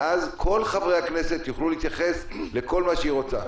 ואז כל חברי הכנסת יוכלו להתייחס לכל מה שהם רוצים.